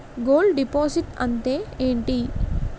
Gold deposit అంతే ఎంటి?